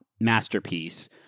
masterpiece